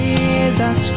Jesus